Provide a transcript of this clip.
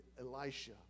Elisha